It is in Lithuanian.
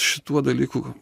šituo dalyku